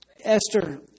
Esther